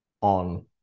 on